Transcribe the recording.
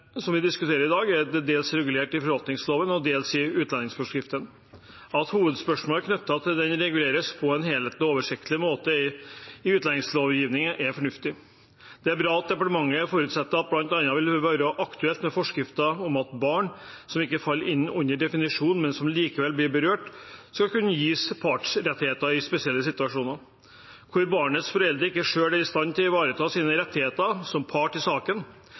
vi diskuterer i dag, er dette delvis regulert i forvaltningsloven og delvis i utlendingsforskriften. At hovedspørsmålene knyttet til dette reguleres på en helhetlig og oversiktlig måte i utlendingslovgivningen, er fornuftig. Det er bra at departementet forutsetter bl.a. at det vil være aktuelt med forskrifter om at barn som ikke faller inn under definisjonen, men som likevel blir berørt, skal kunne gis partsrettigheter i spesielle situasjoner hvor barnets foreldre ikke selv er i stand til å ivareta sine rettigheter som part i saken.